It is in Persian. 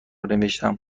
نوشتهام